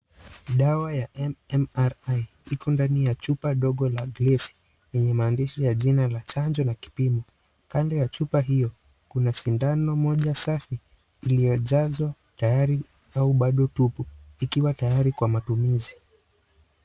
Dawa ya MMRI iko ndani ya chupa ndogo ya glesi yenye maandishi yenye jina la chanjo na kipimo. Kando ya chupa hio kuna sindano moja safi iliojazwa tayari au bado tupu, ikiwa tayari kwa matumizi.